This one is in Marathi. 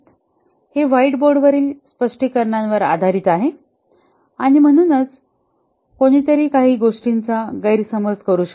हे व्हाइटबोर्डवरील स्पष्टीकरणांवर आधारित आहे आणि आणि म्हणूनच कोणीतरी काही गोष्टींचा गैरसमज करू शकतो